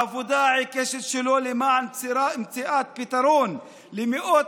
העבודה העיקשת שלו למען מציאת פתרון למאות